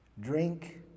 drink